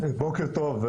בוקר טוב,